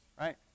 right